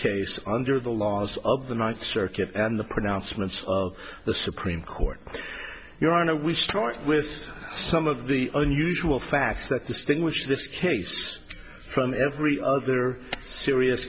case under the laws of the ninth circuit and the pronouncements of the supreme court your honor we start with some of the unusual facts that distinguish this case from every other serious